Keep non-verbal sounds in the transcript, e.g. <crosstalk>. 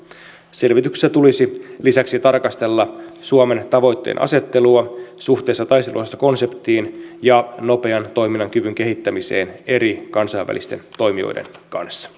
selvityksessä tulisi lisäksi tarkastella suomen tavoitteenasettelua suhteessa taisteluosastokonseptiin ja nopean toiminnan kyvyn kehittämiseen eri kansainvälisten toimijoiden kanssa <unintelligible>